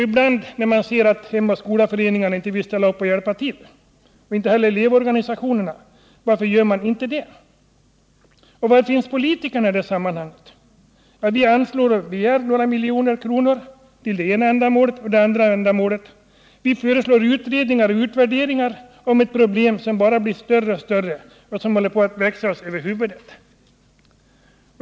Ibland ser man att hemoch skolaföreningarna inte vill ställa upp och hjälpa till och inte heller elevorganisationerna. Varför gör de inte det? Och var finns politikerna? Vi anslår och begär några miljoner kronor till det ena eller andra ändamålet. Vi föreslår utredningar och utvärderingar om ett problem, som bara blir större och som håller på att växa oss över huvudet.